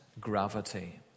gravity